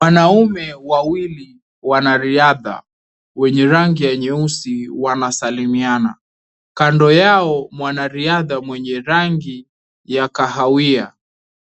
Wanaume wawili wanariadha wenye rangi ya nyeusi wanasalimiana kando yao mwanariadha mwenye rangi ya kahawia